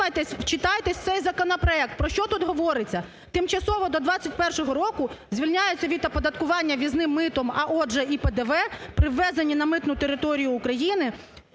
вчитайтеся в цей законопроект, про що тут говориться? Тимчасово до 2021 року звільняються від оподаткування ввізним митом, а отже і ПДВ при ввезенні на митну територію України